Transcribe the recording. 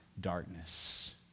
darkness